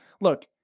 Look